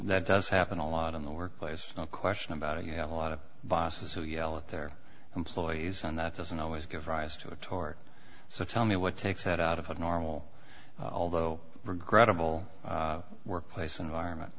that does happen a lot in the workplace no question about it you have a lot of biases so yell at their employees and that doesn't always give rise to a tart so tell me what takes it out of a normal although regrettable workplace environment